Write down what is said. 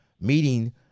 meeting